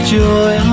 joy